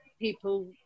people